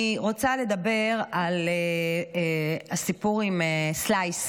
אני רוצה לדבר על הסיפור עם Slice,